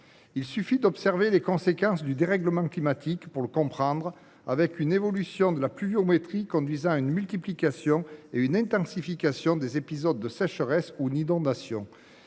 Il suffit d’observer les conséquences du dérèglement climatique : l’évolution de la pluviométrie conduit à la multiplication et à l’intensification d’épisodes de sécheresse ou d’inondations.